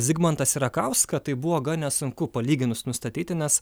zigmantą sierakauską tai buvo gan nesunku palyginus nustatyti nes